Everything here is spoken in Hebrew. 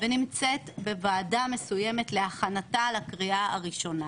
ונמצאת בוועדה מסוימת להכנתה לקריאה הראשונה.